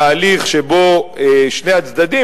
תהליך שבו שני הצדדים,